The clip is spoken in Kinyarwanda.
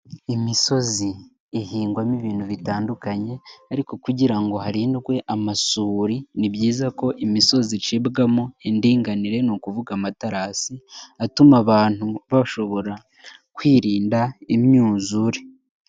Imisozi ihingwamo ibintu bitandukanye ariko kugira ngo harindwe amasuri, ni byiza ko imisozi icibwamo indinganire, ni ukuvuga amaterasi atuma abantu bashobora kwirinda imyuzure.